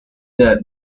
the